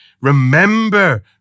remember